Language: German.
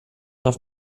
darf